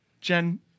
Jen